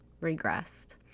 regressed